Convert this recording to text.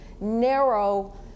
narrow